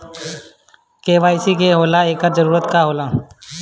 KYC का होला एकर जरूरत का होला?